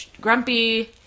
Grumpy